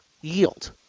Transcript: yield